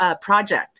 project